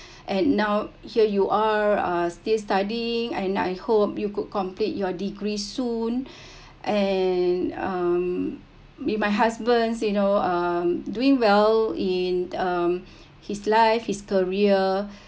and now here you are are still studying and I hope you could complete your degree soon and um be my husband's you know um doing well in um his life his career